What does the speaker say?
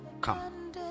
Come